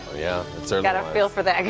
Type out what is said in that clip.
yeah sort of gotta feel for that guy.